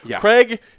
Craig